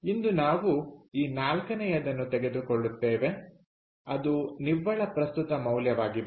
ಇಂದು ನಾವು ಈ ನಾಲ್ಕನೆಯದನ್ನು ತೆಗೆದುಕೊಳ್ಳುತ್ತೇವೆ ಅದು ನಿವ್ವಳ ಪ್ರಸ್ತುತ ಮೌಲ್ಯವಾಗಿದೆ